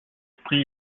esprit